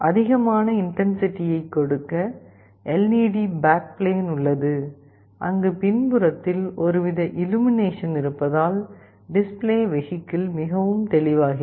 அதிகமான இன்டன்சிடியைக் கொடுக்க எல்ஈடி பேக்பிளேன் உள்ளது அங்கு பின்புறத்தில் ஒருவித இல்லுமினேஷன் இருப்பதால் டிஸ்ப்ளே வெஹிகிள் மிகவும் தெளிவாகிறது